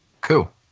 cool